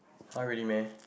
!huh! really meh